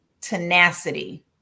tenacity